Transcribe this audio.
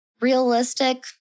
realistic